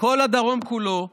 לכל הדרום כולו,